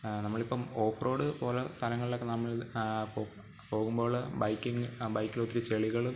നമ്മളിപ്പം off road പോകുന്ന സ്ഥലങ്ങളിലൊക്കെ നമ്മൾ പോകുമ്പോൾ ബൈക്കിങ്ങ് ആ ബൈക്കിലൊത്തിരി ചെളികളും